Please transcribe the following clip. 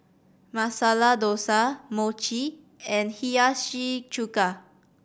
Masala Dosa Mochi and Hiyashi Chuka